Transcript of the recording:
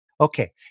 Okay